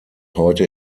heute